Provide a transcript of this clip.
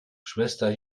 schwester